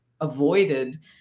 avoided